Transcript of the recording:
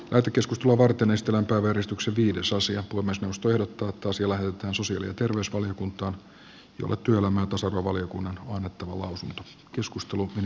tätä keskustelua varten lähetetään sosiaali ja terveysvaliokuntaan jolle työelämä ja tasa arvovaliokunnan on annettava lausunto